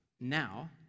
now